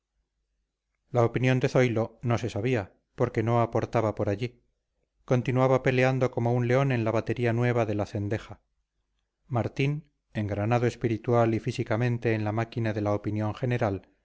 la opinión de zoilo no se sabía porque no aportaba por allí continuaba peleando como un león en la batería nueva de la cendeja martín engranado espiritual y físicamente en la máquina de la opinión general